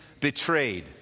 betrayed